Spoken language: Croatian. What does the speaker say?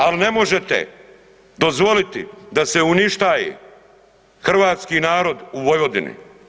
Ali ne možete dozvoliti da se uništaje hrvatski narod u Vojvodini.